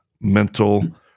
mental